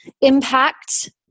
impact